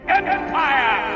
empire